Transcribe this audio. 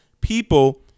people